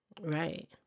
Right